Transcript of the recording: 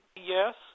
Yes